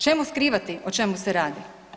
Čemu skrivati o čemu se radi?